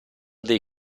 dei